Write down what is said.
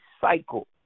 cycle